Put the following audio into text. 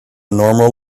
normal